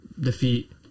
defeat